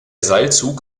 seilzug